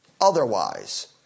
Otherwise